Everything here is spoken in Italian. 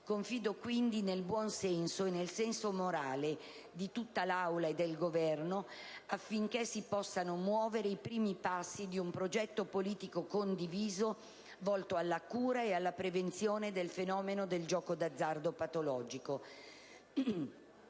Confido, quindi, nel buon senso e nel senso morale di tutta l'Aula e del Governo affinché si possano muovere i primi passi di un progetto politico condiviso volto alla cura e alla prevenzione del fenomeno del gioco d'azzardo patologico.